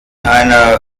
einer